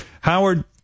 Howard